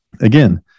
again